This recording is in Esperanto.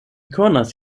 konas